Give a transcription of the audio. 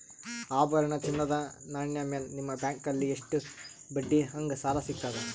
ಆಭರಣ, ಚಿನ್ನದ ನಾಣ್ಯ ಮೇಲ್ ನಿಮ್ಮ ಬ್ಯಾಂಕಲ್ಲಿ ಎಷ್ಟ ಬಡ್ಡಿ ಹಂಗ ಸಾಲ ಸಿಗತದ?